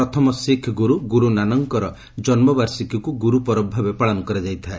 ପ୍ରଥମ ଶିଖ୍ଗୁରୁ ଗୁରୁ ନାନକଙ୍କର ଜନ୍ମବାର୍ଷିକୀକୁ ଗୁରୁ ପରବ ଭାବେ ପାଳନ କରାଯାଇଥାଏ